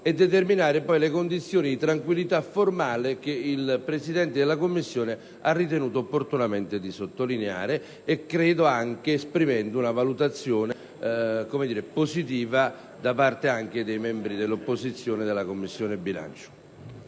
determinando poi le condizioni di tranquillità formale che il Presidente della Commissione bilancio ha ritenuto opportunamente di sottolineare esprimendo anche una valutazione positiva anche da parte dei membri dell'opposizione della Commissione bilancio.